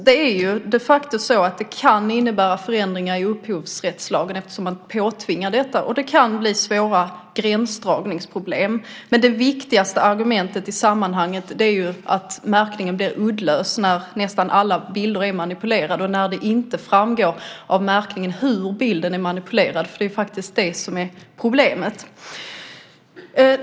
Den kan de facto innebära förändringar i upphovsrättslagen eftersom man påtvingar detta, vilket kan medföra svåra gränsdragningsproblem. Det viktigaste argumentet i sammanhanget är dock att märkningen bli uddlös när nästan alla bilder är manipulerade och det inte framgår av märkningen hur bilden är manipulerad. Det är just det som är problemet.